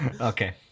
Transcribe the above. Okay